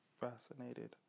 fascinated